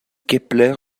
kepler